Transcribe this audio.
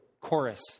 chorus